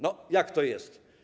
No jak to jest?